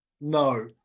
no